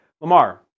Lamar